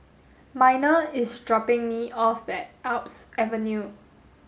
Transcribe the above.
Miner is dropping me off at Alps Avenue